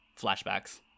flashbacks